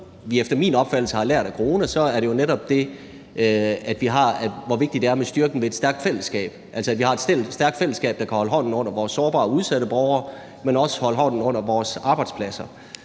som vi efter min opfattelse har lært af corona, er det jo netop, hvor vigtigt det er med styrken ved et stærkt fællesskab, altså at vi har et stærkt fællesskab, der kan holde hånden under vores sårbare og udsatte borgere, men også holde hånden under vores arbejdspladser.